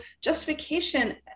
justification